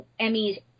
Emmys